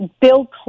Bill